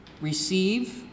receive